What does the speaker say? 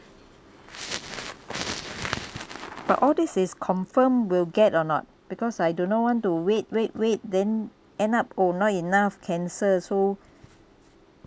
but all these is confirm will get or not because I do not want to wait wait wait then end up oh not enough cancel so